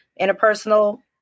interpersonal